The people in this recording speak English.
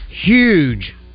huge